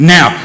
Now